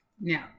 Now